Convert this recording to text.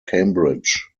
cambridge